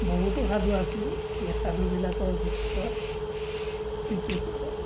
বহুতো সাধু আছিল সেই সাধুবিলাকৰ ভিতৰত যিটো